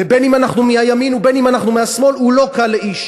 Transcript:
ובין שאנחנו מהימין ובין שאנחנו מהשמאל הוא לא קל לאיש,